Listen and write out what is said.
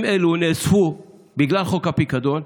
אלה נאספו כלובי המחזור בגלל חוק הפיקדון.